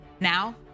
Now